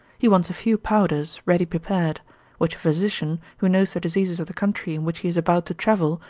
he wants a few powders, ready prepared which a physician, who knows the diseases of the country in which he is about to travel,